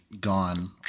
gone